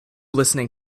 listening